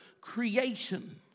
creation